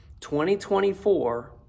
2024